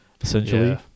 essentially